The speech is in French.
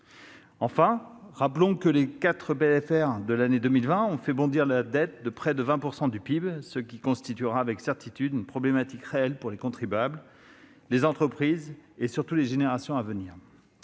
finances rectificative pour l'année 2020 ont fait bondir la dette de près de 20 points du PIB, ce qui constituera- je le dis avec certitude -une problématique réelle pour les contribuables, les entreprises et surtout les générations à venir.